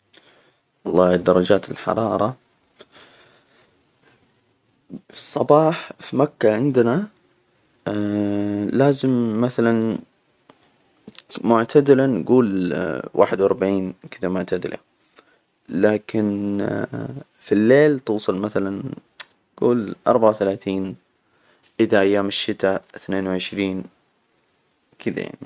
والله درجات الحرارة، فى الصباح في مكة عندنا. لازم مثلا معتدلة نجول واحد واربعين كده معتدلة، لكن في الليل توصل مثلا جول اربعة وثلاثين إذا أيام الشتاء اثنين وعشرين، كده يعني.